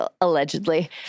allegedly